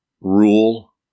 rule